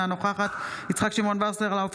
אינה נוכחת יצחק שמעון וסרלאוף,